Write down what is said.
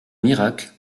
miracles